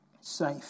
safe